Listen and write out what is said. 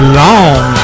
long